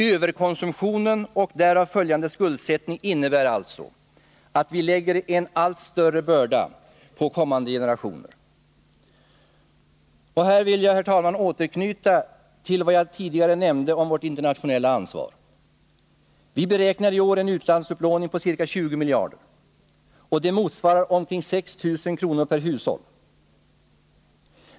Överkonsumtion och därav följande skuldsättning innebär alltså att vi lägger en allt större börda på kommande generationer. Här vill jag, herr talman, återknyta till vad jag tidigare nämnde om vårt internationella ansvar. Vi beräknar i år en utlandsupplåning på ca 20 miljarder, och det motsvarar omkring 6 000 kr. per hushåll.